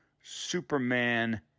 Superman